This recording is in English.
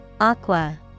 Aqua